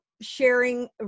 sharing